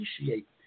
appreciate